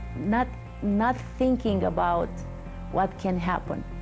not not thinking about what can happen.